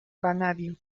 vanadio